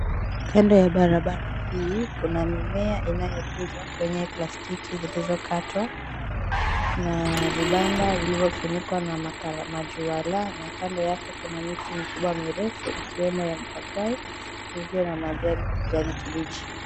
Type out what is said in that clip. Kando ya barabara hii kuna mimea inayo kuzwa kwenye plastiki zilizo katwa na vibanda vilivyofunikwa na majuala kando yake kuna miti mirefu ikiwemo ya mpapai iliyo na majani ya kijani kibichi.